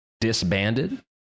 disbanded